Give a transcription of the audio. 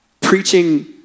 preaching